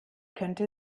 könnte